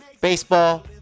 Baseball